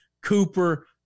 Cooper